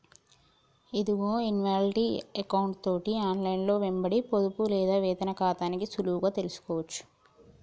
ఇదిగో ఇన్షాల్టీ ఎకౌంటు తోటి ఆన్లైన్లో వెంబడి పొదుపు లేదా వేతన ఖాతాని సులువుగా తెలుసుకోవచ్చు